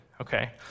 Okay